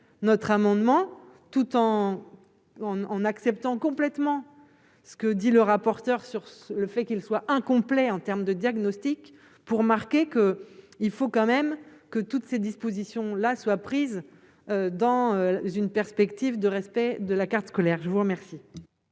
notre amendement tout en en acceptant complètement ce que dit le rapporteur sur ce le fait qu'il soit incomplet en termes de diagnostic pour marquer que il faut quand même que toutes ces dispositions là soient prises dans une perspective de respect de la carte scolaire, je vous remercie.